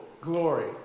glory